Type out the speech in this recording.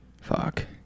fuck